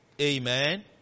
Amen